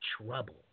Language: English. trouble